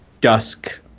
Dusk